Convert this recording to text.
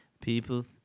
people